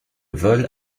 vol